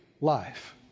life